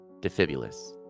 Defibulous